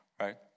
Right